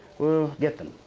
we'll get them.